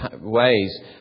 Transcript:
ways